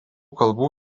kalbų